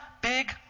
big